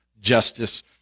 justice